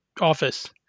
office